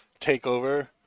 takeover